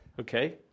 okay